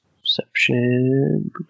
perception